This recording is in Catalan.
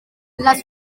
les